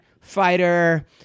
fighter